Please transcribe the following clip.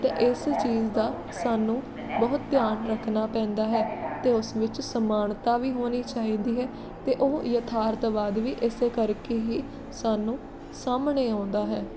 ਅਤੇ ਇਸ ਚੀਜ਼ ਦਾ ਸਾਨੂੰ ਬਹੁਤ ਧਿਆਨ ਰੱਖਣਾ ਪੈਂਦਾ ਹੈ ਅਤੇ ਉਸ ਵਿੱਚ ਸਮਾਨਤਾ ਵੀ ਹੋਣੀ ਚਾਹੀਦੀ ਹੈ ਅਤੇ ਉਹ ਯਥਾਰਥਵਾਦ ਵੀ ਇਸੇ ਕਰਕੇ ਹੀ ਸਾਨੂੰ ਸਾਹਮਣੇ ਆਉਂਦਾ ਹੈ